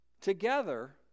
together